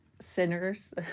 sinners